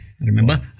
remember